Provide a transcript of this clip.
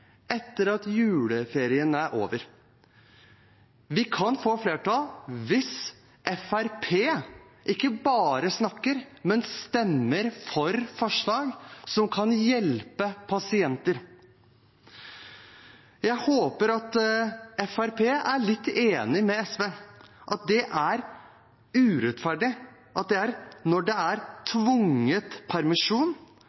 etter at juleferien er over. Vi kan få flertall hvis Fremskrittspartiet ikke bare snakker, men stemmer for forslag som kan hjelpe pasienter. Jeg håper at Fremskrittspartiet er litt enig med SV i at det er urettferdig at pasienter skal betale reisen når det er